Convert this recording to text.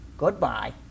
Goodbye